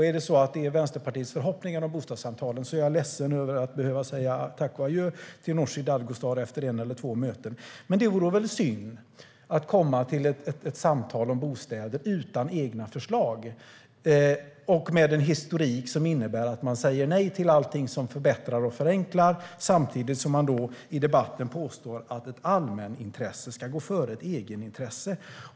Är det så att detta är Vänsterpartiets förhoppningar inför bostadssamtalen är jag ledsen att jag kommer att behöva säga tack och adjö till Nooshi Dadgostar efter ett eller två möten. Men det vore väl synd att komma till ett samtal om bostäder utan egna förslag och med en historik som innebär att man säger nej till allting som förbättrar och förenklar, samtidigt som man i debatten påstår att ett allmänintresse ska gå före ett egenintresse.